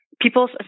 people